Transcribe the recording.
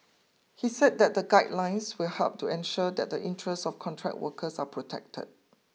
he said that the guidelines will help to ensure that the interests of contract workers are protected